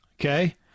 Okay